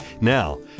Now